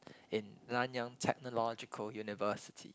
in Nanyang-Technological-University